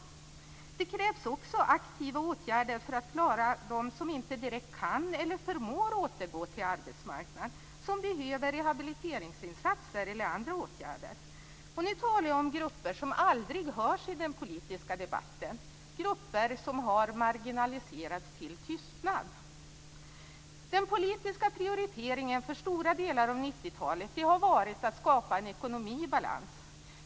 Det krävs också aktiva åtgärder för att klara dem som inte direkt kan eller förmår återgå till arbetsmarknaden och som behöver rehabiliteringsinsatser eller andra åtgärder. Nu talar jag om grupper som aldrig hörs i den politiska debatten - grupper som har marginaliserats till tystnad. Den politiska prioriteringen för stora delar av 90 talet har varit att skapa en ekonomi i balans.